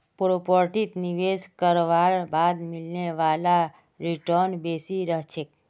प्रॉपर्टीत निवेश करवार बाद मिलने वाला रीटर्न बेसी रह छेक